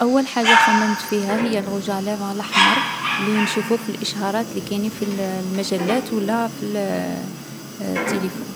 أول حاجة خممت فيها هي الغوجالافغ لحمر لي نشوفوه في الإشهارات لي كاينين في الـ المجلات و لا في الـ التيليفون.